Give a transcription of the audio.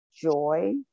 Joy